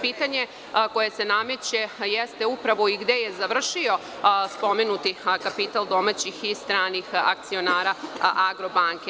Pitanje koje se nameće jeste upravo i gde je završio spomenuti kapital domaćih i stranih akcionara „Agrobanke“